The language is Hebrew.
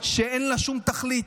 שאין לה שום תכלית.